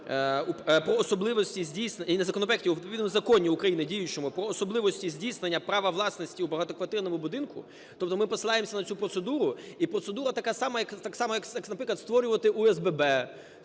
"Про особливості здійснення права власності у багатоквартирному будинку". Тобто ми посилаємося на цю процедуру і процедура така сама як, так само